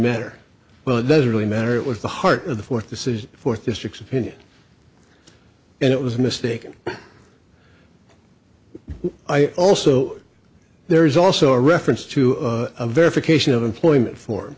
matter well it doesn't really matter it was the heart of the fourth this is the fourth district opinion and it was a mistake i also there is also a reference to a verification of employment for